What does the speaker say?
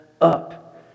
up